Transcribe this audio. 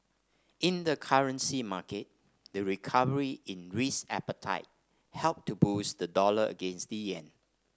in the currency market the recovery in risk appetite helped to boost the dollar against the yen